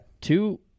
two